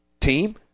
team